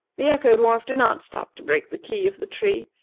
the echo-dwarf did not stop to break the key of the tree.